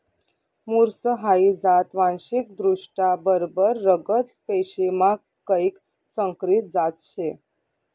मुर्स हाई जात वांशिकदृष्ट्या बरबर रगत पेशीमा कैक संकरीत जात शे